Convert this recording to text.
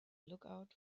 lookout